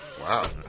Wow